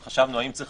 חשבנו האם צריך